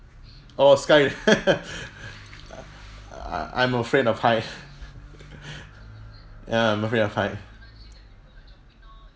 oh sky I I I'm afraid of height ya I'm afraid of height